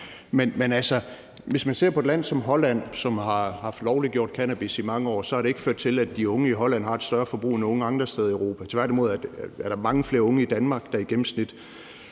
Men hvis man ser på et land som Holland, som har haft lovliggjort cannabis i mange år, har det ikke ført til, at de unge i Holland har et større forbrug end unge andre steder i Europa. Tværtimod er der i gennemsnit mange flere unge i Danmark, der ryger